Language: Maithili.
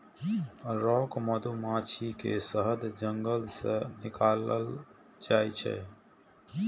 रॉक मधुमाछी के शहद जंगल सं निकालल जाइ छै